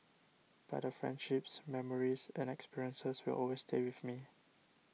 but the friendships memories and experiences will always stay with me